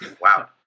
Wow